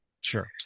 sure